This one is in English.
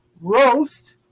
roast